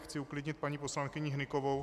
Chci uklidnit paní poslankyni Hnykovou.